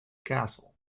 castle